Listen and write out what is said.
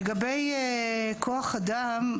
לגבי כוח אדם,